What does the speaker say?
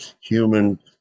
human